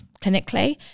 clinically